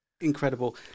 incredible